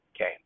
okay